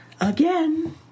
again